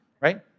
Right